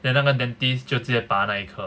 then 那个 dentist 就直接拔那一刻